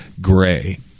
gray